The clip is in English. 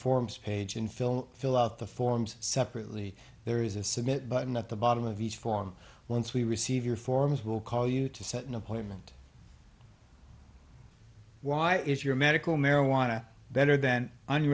forms page and fill fill out the forms separately there is a submit button at the bottom of each form once we receive your forms will call you to set an appointment why is your medical marijuana better than